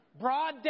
broad